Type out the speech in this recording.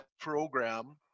program